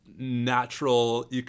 natural